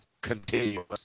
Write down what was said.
continuous